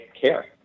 care